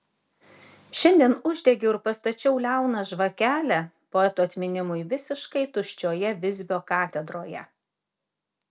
šiandien uždegiau ir pastačiau liauną žvakelę poeto atminimui visiškai tuščioje visbio katedroje